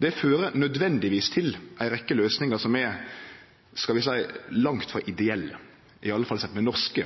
Det fører nødvendigvis til ei rekkje løysingar som er – skal vi seie – langt frå ideelle, iallfall sett med norske